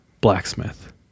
blacksmith